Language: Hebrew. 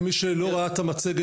למי שלא ראה את המצגת,